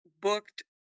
booked